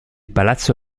palazzo